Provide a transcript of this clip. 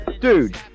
dude